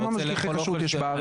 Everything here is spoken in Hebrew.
כמה משגיחי כשרות יש בארץ?